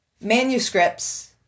manuscripts